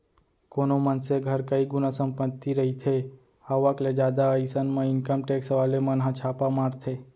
कोनो मनसे घर कई गुना संपत्ति रहिथे आवक ले जादा अइसन म इनकम टेक्स वाले मन ह छापा मारथे